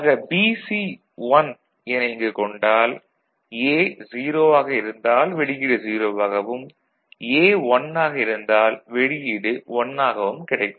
ஆக BC 1 என இங்கு கொண்டால் A 0 ஆக இருந்தால் வெளியீடு 0 ஆகவும் A 1 ஆக இருந்தால் வெளியீடு 1 ஆகவும் கிடைக்கும்